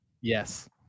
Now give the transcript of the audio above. Yes